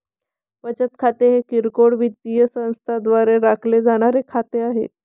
बचत खाते हे किरकोळ वित्तीय संस्थांद्वारे राखले जाणारे खाते आहे